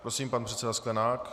Prosím pan předseda Sklenák.